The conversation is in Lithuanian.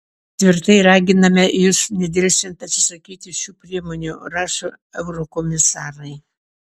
tvirtai raginame jus nedelsiant atsisakyti šių priemonių rašo eurokomisarai